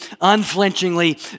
unflinchingly